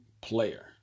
player